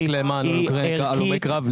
לא רק למען הלומי קרב,